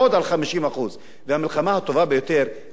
הטובה ביותר היא המלחמה שמצליחים למנוע.